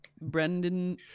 Brendan